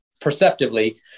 perceptively